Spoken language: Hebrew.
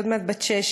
שהיא עוד מעט בת שש,